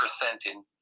presenting